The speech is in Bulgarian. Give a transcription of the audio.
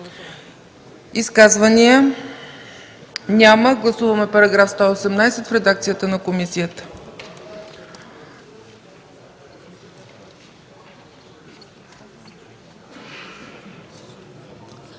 Изказвания? Няма. Гласуваме § 118 в редакцията на комисията.